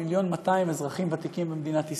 מיליון, 1.2 מיליון אזרחים ותיקים במדינת ישראל.